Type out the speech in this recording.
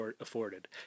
afforded